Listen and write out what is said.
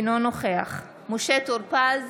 אינו נוכח משה טור פז,